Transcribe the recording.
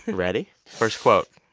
ready? first quote.